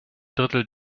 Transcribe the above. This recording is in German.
drittel